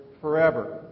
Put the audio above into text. forever